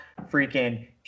freaking